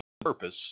purpose